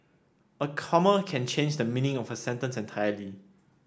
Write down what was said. a comma can change the meaning of a sentence entirely